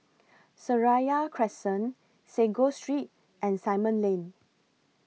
Seraya Crescent Sago Street and Simon Lane